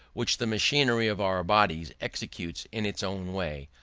which the machinery of our bodies executes in its own way,